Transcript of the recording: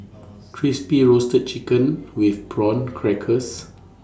Crispy Roasted Chicken with Prawn Crackers